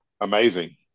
amazing